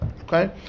Okay